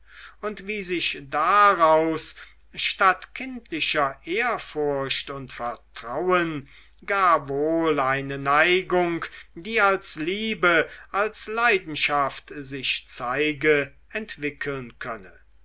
und wie sich daraus statt kindlicher ehrfurcht und vertrauen gar wohl eine neigung die als liebe als leidenschaft sich zeige entwickeln könne